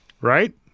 Right